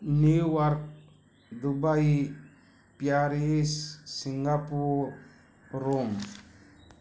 New York Dubai Paris Singapore Rome